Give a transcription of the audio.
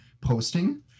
posting